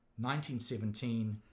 1917